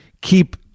keep